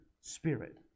Spirit